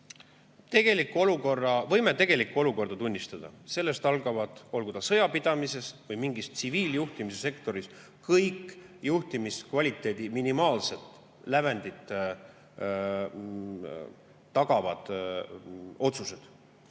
Võime tegelikku olukorda tunnistada. Sellest algavad, olgu sõjapidamises või mingis tsiviiljuhtimise sektoris, kõik juhtimiskvaliteedi minimaalset lävendit tagavad otsused.